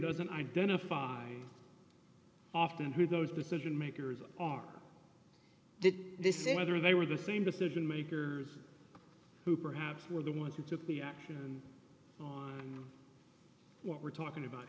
doesn't identify often who those decision makers are did this in whether they were the same decision makers who perhaps were the ones who took the action and what we're talking about